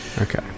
Okay